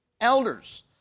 elders